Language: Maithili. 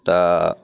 तऽ